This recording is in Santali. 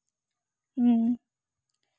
ᱦᱮᱸ